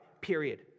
period